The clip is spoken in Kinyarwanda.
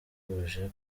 wahuje